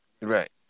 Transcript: right